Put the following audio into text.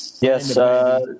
Yes